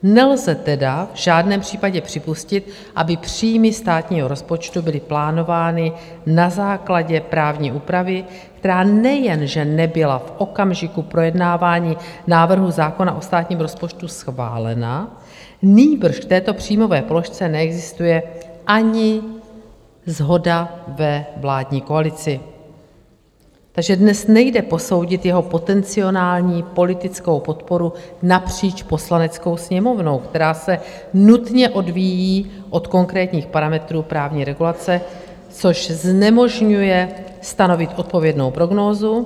Nelze tedy v žádném případě připustit, aby příjmy státního rozpočtu byly plánovány na základě právní úpravy, která nejenže nebyla v okamžiku projednávání návrhu zákona o státním rozpočtu schválena, nýbrž v této příjmové položce neexistuje ani shoda ve vládní koalici, takže dnes nejde posoudit jeho potenciální politickou podporu napříč Poslaneckou sněmovnou, která se nutně odvíjí od konkrétních parametrů právní regulace, což znemožňuje stanovit odpovědnou prognózu.